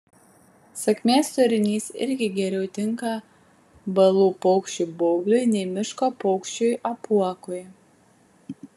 sakmės turinys irgi geriau tinka balų paukščiui baubliui nei miško paukščiui apuokui